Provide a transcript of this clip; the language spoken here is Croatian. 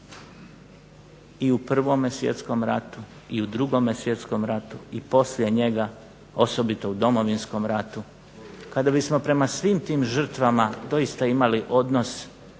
i u Prvome svjetskom ratu i u Drugome svjetskom ratu i poslije njega osobito u Domovinskom ratu kada bismo prema svim tim žrtvama doista imali odnos